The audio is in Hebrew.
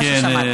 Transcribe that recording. זה מה ששמעתי.